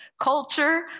culture